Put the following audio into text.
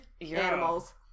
animals